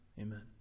Amen